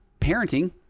parenting